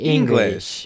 English